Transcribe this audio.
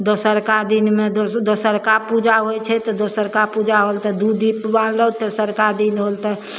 दोसरका दिनमे दो दोसरका पूजा होइ छै तऽ दोसरका पूजा होल तऽ दू दीप बारलहुँ तेसरका दिन होल तऽ